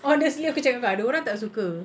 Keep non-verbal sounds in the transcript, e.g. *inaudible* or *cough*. *laughs* honestly aku cakap dengan kau ada orang tak suka